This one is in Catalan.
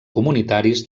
comunitaris